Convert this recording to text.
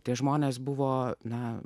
tie žmonės buvo na